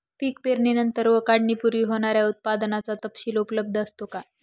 पीक पेरणीनंतर व काढणीपूर्वी होणाऱ्या उत्पादनाचा तपशील उपलब्ध असतो का?